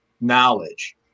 knowledge